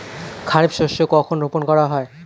খারিফ শস্য কখন রোপন করা হয়?